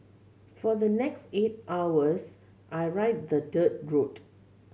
for the next eight hours I ride the dirt road